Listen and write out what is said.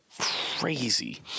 crazy